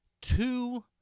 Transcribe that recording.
two